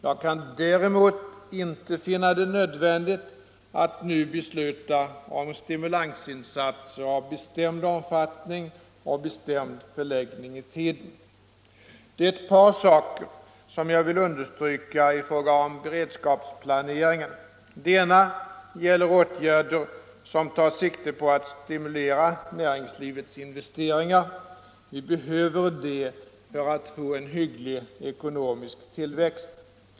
Jag kan däremot inte finna det nödvändigt att nu besluta om stimulansinsatser av bestämd omfattning och förläggning i tiden. Jag vill understryka ett par saker i fråga om beredskapsplaneringen. Den ena gäller åtgärder som tar sikte på att stimulera näringslivets investeringar. Vi behöver dem för att få en hygglig ekonomisk tillväxt.